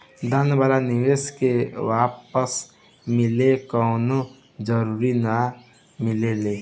दान वाला निवेश के वापस मिले कवनो जरूरत ना मिलेला